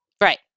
Right